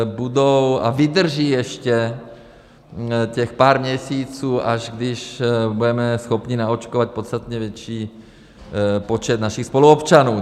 Budou a vydrží ještě těch pár měsíců, až když budeme schopni naočkovat podstatně větší počet našich spoluobčanů.